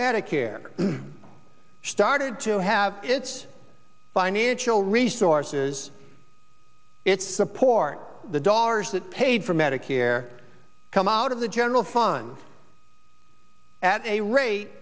medicare started to have its financial resources its support the dollars that paid for medicare come out of the general fund at a rate